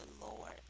Lord